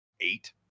eight